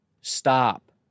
Stop